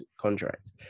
contract